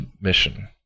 mission